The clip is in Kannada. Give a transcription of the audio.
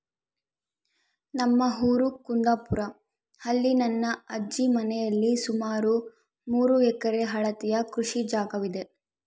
ನಮ್ಮ ಊರು ಕುಂದಾಪುರ, ಅಲ್ಲಿ ನನ್ನ ಅಜ್ಜಿ ಮನೆಯಲ್ಲಿ ಸುಮಾರು ಮೂರು ಎಕರೆ ಅಳತೆಯ ಕೃಷಿ ಜಾಗವಿದೆ